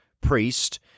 priest